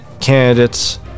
candidates